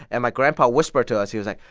and my grandpa whispered to us he was like,